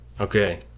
Okay